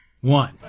One